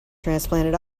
transplanted